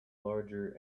larger